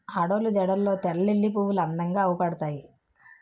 ఆడోళ్ళు జడల్లో తెల్లలిల్లి పువ్వులు అందంగా అవుపడతాయి